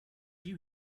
you